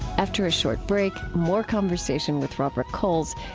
after a short break, more conversation with robert coles,